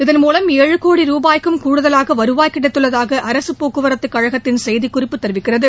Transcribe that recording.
இதன்மூலம் ஏழு கோடி ரூபாய்க்கும் கூடுதலாக வருவாய் கிடைத்துள்ளதாக அரசு போக்குவரத்துக் கழகத்தின் செய்திக்குறிப்பு தெரிவிக்கிறது